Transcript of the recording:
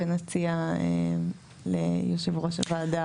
ונציע את זה ליושב ראש הוועדה.